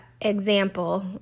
Example